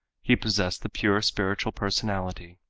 he possessed the pure spiritual personality.